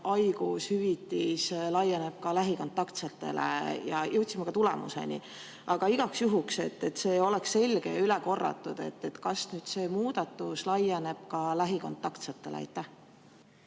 haigushüvitis laieneb lähikontaktsetele, ja jõudsime ka tulemuseni. Aga igaks juhuks, et see oleks selge ja üle korratud: kas see muudatus laieneb ka lähikontaktsetele?